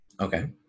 Okay